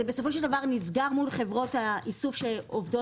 זה בסופו של דבר נסגר מול חברות האיסוף שעובדות